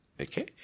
Okay